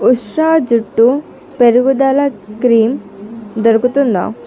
ఉస్ట్రా జుట్టు పెరుగుదల క్రీం దొరుకుతుందా